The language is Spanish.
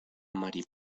mari